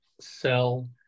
sell